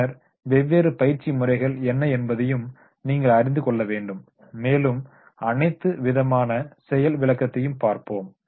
பின்னர் வெவ்வேறு பயிற்சி முறைகள் என்ன என்பதையும் நீங்கள் அறிந்து கொள்ள வேண்டும் மேலும் அனைத்து விதமான செயல் விளக்கத்தையும் பார்ப்போம்